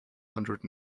hundred